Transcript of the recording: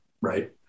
right